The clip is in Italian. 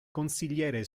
consigliere